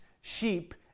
sheep